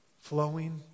flowing